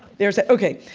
there's ah okay.